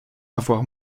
avoir